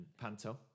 panto